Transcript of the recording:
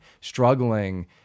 struggling